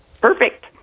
perfect